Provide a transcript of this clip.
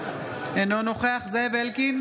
אינו נוכח זאב אלקין,